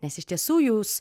nes iš tiesų jūs